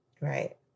right